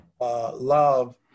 love